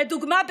לדוגמה,